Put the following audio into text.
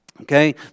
okay